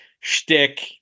shtick